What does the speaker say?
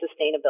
sustainability